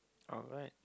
alright